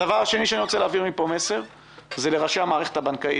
המסר השני שאני רוצה להעביר מפה הוא לראשי המערכת הבנקאית.